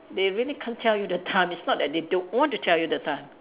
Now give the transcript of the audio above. they really can't tell you the time it's not that they don't want to tell you the time